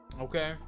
Okay